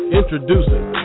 introducing